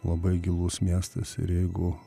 labai gilus miestas ir jeigu